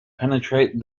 penetrate